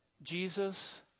Jesus